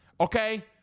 Okay